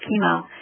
chemo